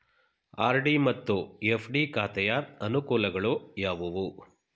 RD ಮತ್ತು FD ಖಾತೆಯ ಅನುಕೂಲಗಳು ಯಾವುವು?